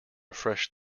fresh